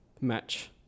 match